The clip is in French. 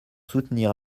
soutenir